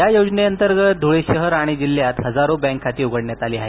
या योजनेंतर्गत धुळे शहर आणि जिल्हयात हजारो बॅक खाते उघडण्यात आली आहेत